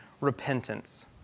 repentance